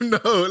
no